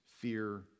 fear